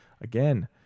again